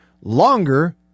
longer